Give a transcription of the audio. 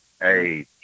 Hey